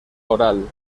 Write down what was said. oral